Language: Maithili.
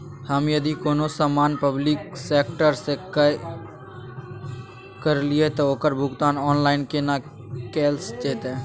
हम यदि कोनो सामान पब्लिक सेक्टर सं क्रय करलिए त ओकर भुगतान ऑनलाइन केना कैल जेतै?